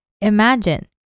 imagine